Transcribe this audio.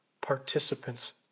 participants